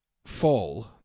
fall